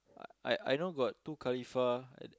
I I I know got two khalifah at